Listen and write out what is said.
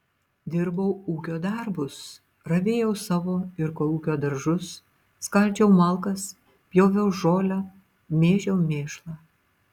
dirbau ūkio darbus ravėjau savo ir kolūkio daržus skaldžiau malkas pjoviau žolę mėžiau mėšlą